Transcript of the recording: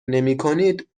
نمیکنید